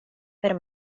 per